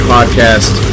Podcast